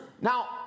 Now